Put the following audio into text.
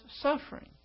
suffering